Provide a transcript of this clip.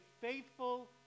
faithful